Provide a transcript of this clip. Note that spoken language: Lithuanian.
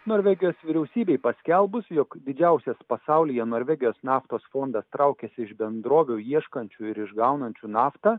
norvegijos vyriausybei paskelbus jog didžiausias pasaulyje norvegijos naftos fondas traukiasi iš bendrovių ieškančių ir išgaunančių naftą